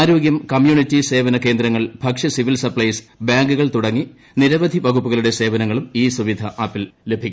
ആരോഗ്യം കമ്മ്യൂണിറ്റി സേവന കേന്ദ്രങ്ങൾ ഭക്ഷ്യ സിവിൽ സപ്ലൈസ് ബാങ്കുകൾ തുടങ്ങി നിരവധി വകുപ്പുകളുടെ സേവനങ്ങളും ഇ സുവിധ ആപ്പിൽ ലഭിക്കും